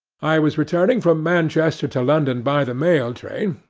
i was returning from manchester to london by the mail train,